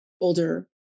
older